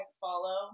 follow